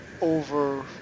over